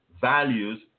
values